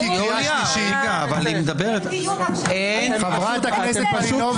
אין דבר כזה.